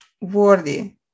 worthy